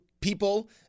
people